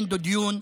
עיכוב יציאה מהארץ